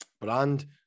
brand